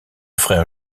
frère